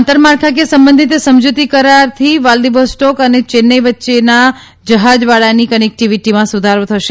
આંતરમાળખાકીય સંબંધિતના સમજૂતી કરારથી વ્લાદિવોસ્ટોક અને ચેન્નાઇ વચ્ચેના જહાજવાડાની કનેક્ટીવીટીમાં સુધારો થશે